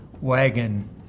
wagon